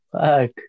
Fuck